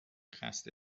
خسته